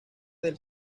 del